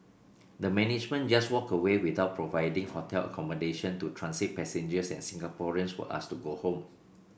the management just walked away without providing hotel accommodation to transit passengers and Singaporeans were asked to go home